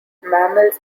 mammals